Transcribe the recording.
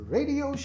Radio